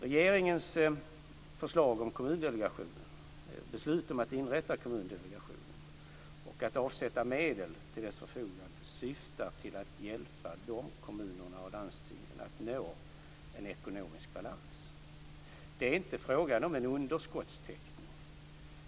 Regeringens beslut om att inrätta Kommundelegationen och att avsätta medel till dess förfogande syftar till att hjälpa dessa kommuner och landsting att nå en ekonomisk balans. Det är inte fråga om en underskottstäckning.